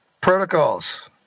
Protocols